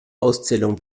auszählung